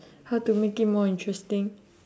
how to make it more interesting